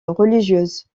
religieuse